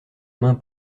main